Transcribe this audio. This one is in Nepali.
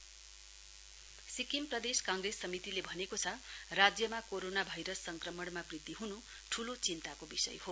एसपीसीसी सिक्किम प्रदेश कांग्रेस समितिले भनेको छ राज्यमा कोरोना भाइरस संक्रमणमा वृद्धि हन् ठूलो चिन्ताको विषय हो